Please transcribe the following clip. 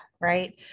right